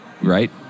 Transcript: right